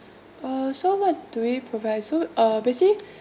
uh so what do we provide so uh basically